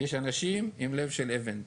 יש אנשים עם לב של אבן.